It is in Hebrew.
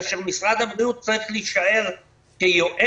כאשר משרד הבריאות צריך להישאר כיועץ,